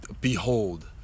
behold